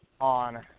on